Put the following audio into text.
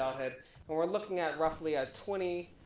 adulthood, and we're looking at roughly a twenty